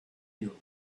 you